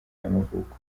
y’amavuko